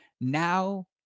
now